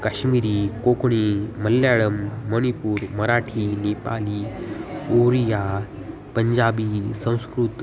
कश्मिरी कोक्णी मल्याळम् मणिपूर् मराठी नेपाली ओरिया पञ्जाबी संस्कृतं